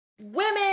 Women